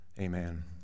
amen